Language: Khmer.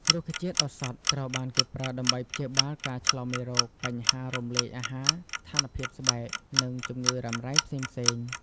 រុក្ខជាតិឱសថត្រូវបានគេប្រើដើម្បីព្យាបាលការឆ្លងមេរោគ បញ្ហារំលាយអាហារ ស្ថានភាពស្បែក និងជំងឺរ៉ាំរ៉ៃផ្សេងៗ។